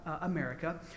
America